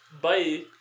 Bye